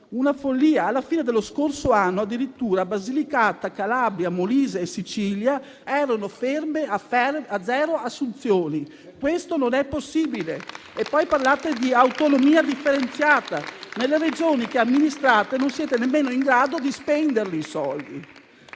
anche questa. Alla fine dello scorso anno, addirittura, Basilicata, Calabria, Molise e Sicilia erano ferme a zero assunzioni. Questo non è possibile. Poi parlate di autonomia differenziata, quando nelle Regioni che amministrate non siete nemmeno in grado di spendere i soldi.